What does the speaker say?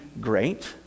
great